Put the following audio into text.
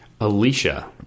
Alicia